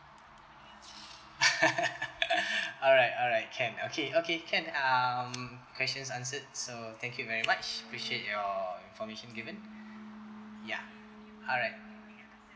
alright alright can okay okay can um questions answered so thank you very much appreciate your information given ya alright